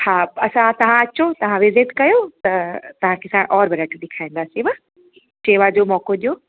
हा असां तव्हां अचो तव्हां वेट कयो त तव्हांखे असां और वैराएटियूं ॾेखारींदासेव शेवा जो मौक़ो ॾियो